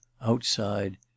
outside